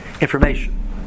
information